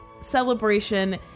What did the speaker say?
celebration